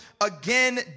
again